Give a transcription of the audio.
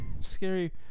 scary